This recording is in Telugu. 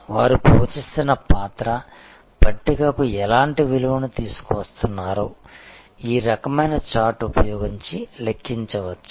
వారు పోషిస్తున్న పాత్ర పట్టికకు ఎలాంటి విలువను తీసుకువస్తున్నారో ఈ రకమైన చార్ట్ ఉపయోగించి లెక్కించవచ్చు